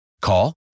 Call